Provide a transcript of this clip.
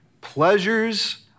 Pleasures